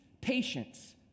patience